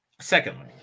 Secondly